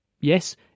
Yes